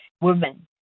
women